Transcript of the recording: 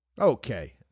Okay